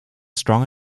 strong